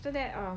so that um